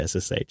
SSH